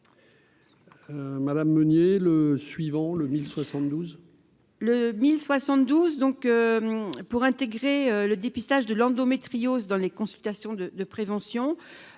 Madame Meunier le suivant le 1072. Le 1072 donc, pour intégrer le dépistage de l'endométriose dans les consultations de prévention